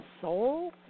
soul